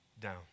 down